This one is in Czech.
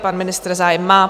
Pan ministr zájem má.